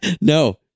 No